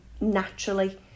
naturally